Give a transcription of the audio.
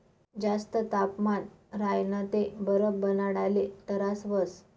जास्त तापमान राह्यनं ते बरफ बनाडाले तरास व्हस